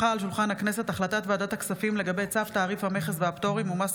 הצעת ועדת הכספים בדבר צו תעריף המכס והפטורים ומס